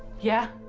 yeah?